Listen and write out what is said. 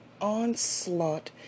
onslaught